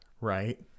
Right